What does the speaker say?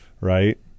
right